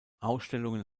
ausstellungen